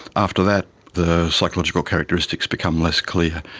after that the psychological characteristics become less clear.